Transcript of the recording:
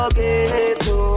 ghetto